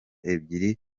ebyiri